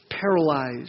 paralyzed